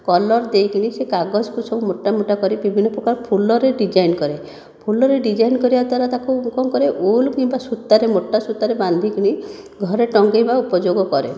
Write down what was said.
colour ଦେଇକିନି ସେ କାଗଜକୁ ସବୁ ମୋଟା ମୋଟା କରି ବିଭିନ୍ନ ପ୍ରକାର ଫୁଲରେ ଡିଜାଇନ୍ କରେ ଫୁଲରେ ଡିଜାଇନ୍ କରିବା ଦ୍ଵାରା ତାକୁ ମୁଁ କ'ଣ କରେ ଉଲ୍ କିମ୍ବା ସୂତାରେ ମୋଟା ସୂତାରେ ବାନ୍ଧିକିନି ଘରେ ଟଙ୍ଗେଇବା ଉପଯୋଗ କରେ